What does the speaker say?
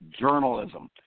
journalism